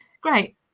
great